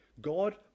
God